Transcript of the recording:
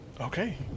Okay